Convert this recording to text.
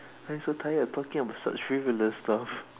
I'm so tired of talking about such frivolous stuffs